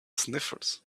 sniffles